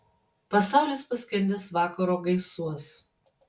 pasaulis paskendęs vakaro gaisuos